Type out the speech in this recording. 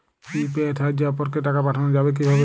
UPI এর সাহায্যে অপরকে টাকা পাঠানো যাবে কিভাবে?